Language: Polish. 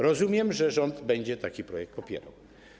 Rozumiem, że rząd będzie taki projekt popierał.